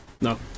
No